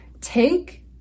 take